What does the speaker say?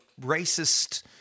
racist